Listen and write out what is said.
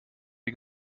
die